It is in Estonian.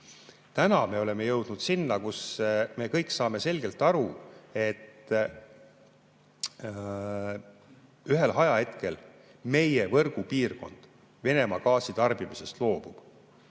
Täna me oleme jõudnud sinna, kus me kõik saame selgelt aru, et ühel ajahetkel meie võrgupiirkond Venemaa gaasi tarbimisest loobub